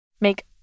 Make